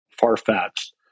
far-fetched